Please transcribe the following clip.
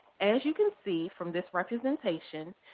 as you can see from this representation,